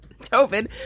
Tobin